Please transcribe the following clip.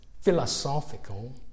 philosophical